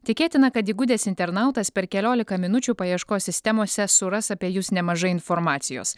tikėtina kad įgudęs internautas per keliolika minučių paieškos sistemose suras apie jus nemažai informacijos